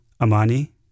Amani